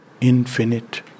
infinite